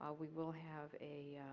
ah we will have a